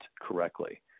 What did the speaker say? correctly